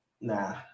nah